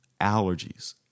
allergies